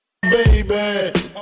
Baby